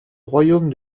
royaume